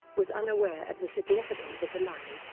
was unaware of the significance of the line,